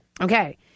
Okay